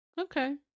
Okay